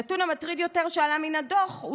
הנתון המטריד יותר שעלה מן הדוח הוא